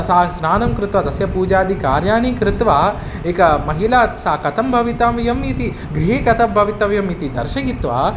सा स्नानं कृत्वा तस्य पूजादि कार्याणि कृत्वा एका महिला सा कथं भवितव्यम् इति गृहे कथं भवितव्यमिति दर्शयित्वा